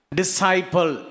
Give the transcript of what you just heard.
disciple